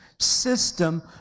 System